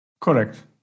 Correct